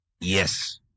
Yes